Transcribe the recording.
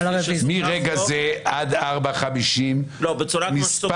מרגע זה עד 04:50 --- לא, בצורה, כמו שסוכם.